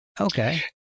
Okay